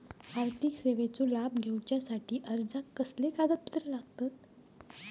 आर्थिक सेवेचो लाभ घेवच्यासाठी अर्जाक कसले कागदपत्र लागतत?